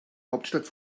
hauptstadt